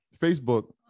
Facebook